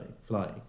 flying